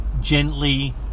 gently